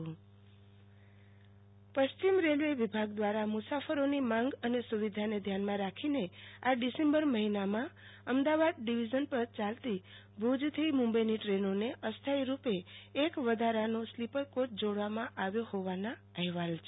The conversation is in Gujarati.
આરતી ભદ્દ સ્લીપર કોચ ટ્રેન પશ્ચિમ રેલ્વે વિભાગો દ્રારા મુસાફરોની માંગ અને સુવિધાને ધ્યાનમાં રાખીમ આ ડિસેમ્બર મહિનામાં અમદાવાદ ડિવિઝન પર યાલતી ભુજ થી મુંબઈની દ્રેનોને અસ્થાયીરુપે એક વધારાનો સ્લીપર કોચ જોડવામાં આવ્યો હોવાના અહેવાલ છે